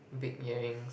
big earrings